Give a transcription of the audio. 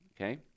okay